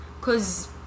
cause